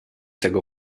tego